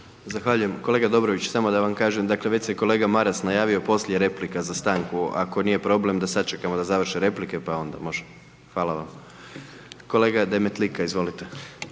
Zahvaljujem. Kolega Dobrović, samo da vam kažem, dakle već se kolega Maras najavio poslije replika za stanku, ako nije problem da sačekamo da završe replike pa onda može. Hvala vam. Kolega Demetlika, izvolite.